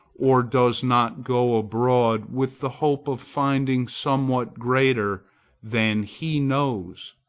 or does not go abroad with the hope of finding somewhat greater than he knows.